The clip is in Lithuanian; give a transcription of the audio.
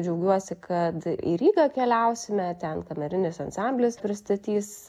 džiaugiuosi kad į rygą keliausime ten kamerinis ansamblis pristatys